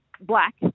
Black